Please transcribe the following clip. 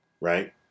right